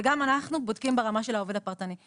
וגם אנחנו בודקים ברמה של העובד הפרטני.